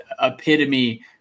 epitome